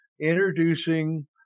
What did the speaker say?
introducing